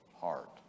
heart